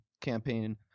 campaign